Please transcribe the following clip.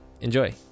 Enjoy